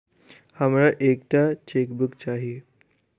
हमरा एक टा चेकबुक चाहि